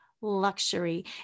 luxury